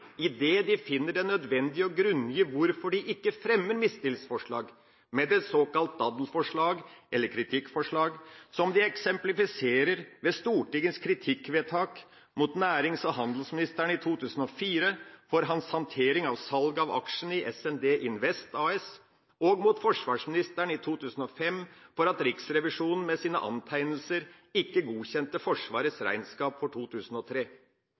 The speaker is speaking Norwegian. de finner det nødvendig å grunngi hvorfor de ikke fremmer mistillitsforslag, men et såkalt daddelsforslag eller kritikkforslag, som de eksemplifiserer ved Stortingets kritikkvedtak mot nærings- og handelsministeren i 2004 for hans håndtering av salg av aksjene i SND Invest AS og mot forsvarsministeren i 2005 for at Riksrevisjonen med sine antegnelser ikke godkjente Forsvarets regnskap for 2003.